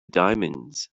diamonds